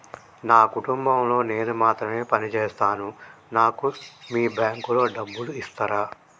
నా కుటుంబం లో నేను మాత్రమే పని చేస్తాను నాకు మీ బ్యాంకు లో డబ్బులు ఇస్తరా?